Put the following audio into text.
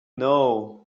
know